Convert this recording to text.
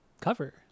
cover